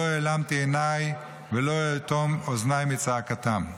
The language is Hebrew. העלמתי עיניי ולא אאטום אוזניי מצעקתם.